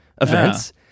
events